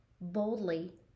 boldly